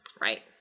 right